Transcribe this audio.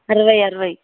అరవై అరవై